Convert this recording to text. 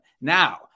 Now